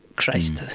Christ